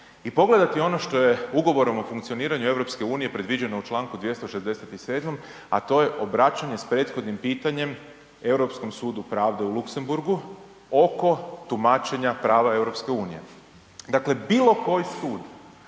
i pogledati ono što je ugovorom o funkcioniranje EU, predviđeno člankom 267. a to je obraćanje s prethodnim pitanjem Europskom sudu pravde u Luksemburgu oko tumačenja prava EU. Dakle, bilo koji sud,